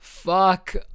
Fuck